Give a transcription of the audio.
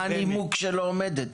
מה הנימוק שלא עומדת?